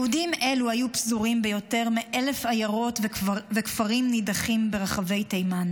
יהודים אלו היו פזורים ביותר מ-1,000 עיירות וכפרים נידחים ברחבי תימן,